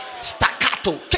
staccato